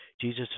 Jesus